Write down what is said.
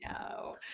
No